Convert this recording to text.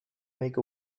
make